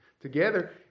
together